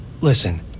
Listen